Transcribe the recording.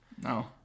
No